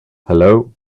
hello